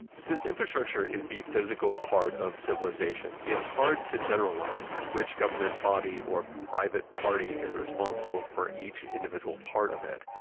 since infrastructure is the physical part of civilization, it's hard to generalize which government body or private party is responsible for each individual part of it.